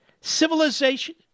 Civilization